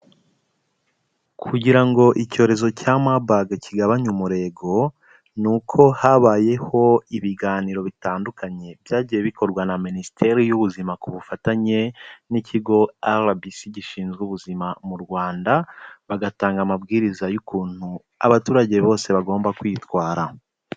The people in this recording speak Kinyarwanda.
Kugira ngo icyorezo cya Marburg kigabanye umurego, ni uko habayeho ibiganiro bitandukanye byagiye bikorwa na Minisiteri y'Ubuzima ku bufatanye n'ikigo RBC gishinzwe ubuzima mu Rwanda, bagatanga amabwiriza y'ukuntu abaturage bose bagomba kwitwara.